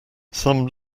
some